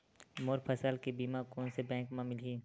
मोर फसल के बीमा कोन से बैंक म मिलही?